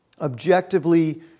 objectively